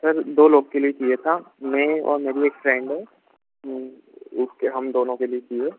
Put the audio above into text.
sir दो लोग के लिए चिये था मैं और मेरी एक फ्रेंड है उसके हम दोनों के लिए चिये